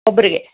ಒಬ್ಬರಿಗೆ